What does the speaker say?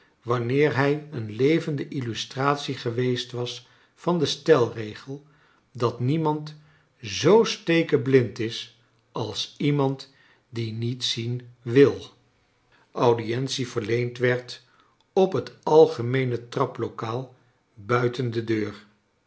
wanneer hij een levende illustratie geweest was van den stelregel dat niemand zoo stekeblind is als iemand die niet zien wil audientie verleend werd op het algemeene traplokaal buiten de deur